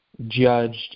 judged